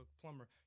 plumber